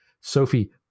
Sophie